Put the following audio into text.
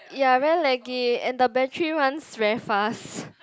ya very laggy and the battery runs very fast